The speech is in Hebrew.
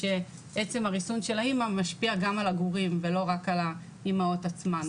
שעצם הריסון של האמא משפיע גם על הגורים ולא רק על האימהות עצמן.